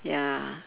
ya